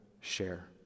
share